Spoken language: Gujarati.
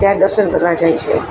ત્યાં દર્શન કરવા જાય છે